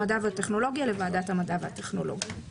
המדע והטכנולוגיה לוועדת המדע והטכנולוגיה.